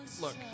look